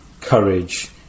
courage